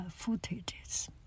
footages